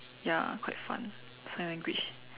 ya quite fun sign language